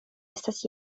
estas